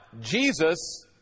Jesus